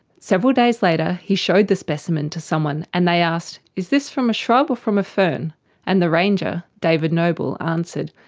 several days later he showed the specimen to someone, and they asked, is this from a shrub or from a fern, and the ranger, david noble, answered,